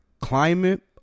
climate